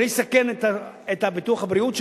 בלי לסכן את ביטוח הבריאות שלהם?